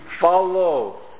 follow